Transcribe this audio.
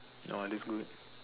no it looks good